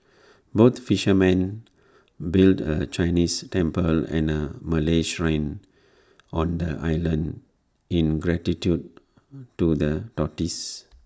both fishermen built A Chinese temple and A Malay Shrine on the island in gratitude to the tortoise